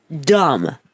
dumb